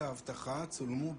תמנו.